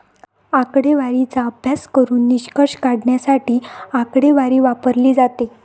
आकडेवारीचा अभ्यास करून निष्कर्ष काढण्यासाठी आकडेवारी वापरली जाते